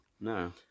No